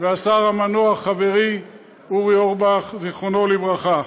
והשר המנוח חברי אורי אורבך, זיכרונו לברכה.